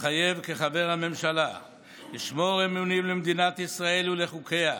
מתחייב כחבר הממשלה לשמור אמונים למדינת ישראל ולחוקיה,